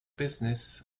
business